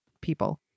people